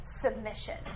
submission